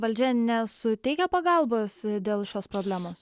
valdžia nesuteikia pagalbos dėl šios problemos